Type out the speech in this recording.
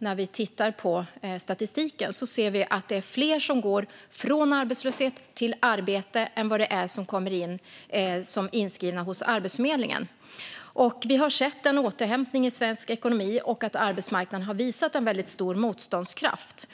När vi tittar på statistiken ser vi att det nu i över två månaders tid är fler som går från arbetslöshet till arbete än vad det är som kommer in som inskrivna hos Arbetsförmedlingen. Vi har sett en återhämtning i svensk ekonomi och att arbetsmarknaden har visat en väldigt stor motståndskraft.